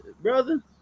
brother